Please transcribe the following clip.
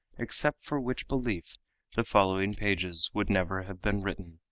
except for which belief the following pages would never have been written,